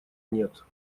нет